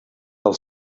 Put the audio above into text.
del